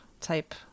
type